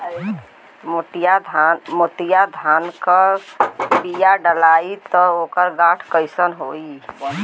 मोतिया धान क बिया डलाईत ओकर डाठ कइसन होइ?